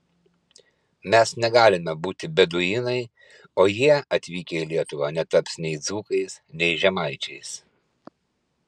mes negalime būti beduinai o jie atvykę į lietuvą netaps nei dzūkais nei žemaičiais